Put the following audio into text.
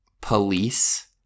police